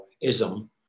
ism